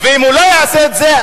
ואם הוא לא יעשה את זה,